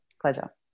pleasure